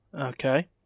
Okay